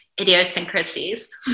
idiosyncrasies